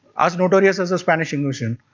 as notorious as a spanish invasion.